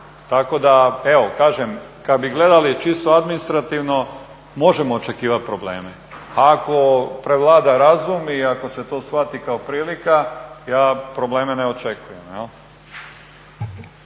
Tako da evo kažem kada bi gledali čisto administrativno, možemo očekivati probleme. A ako prevlada razum i ako se to shvati kao prilika ja probleme ne očekujem.